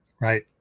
Right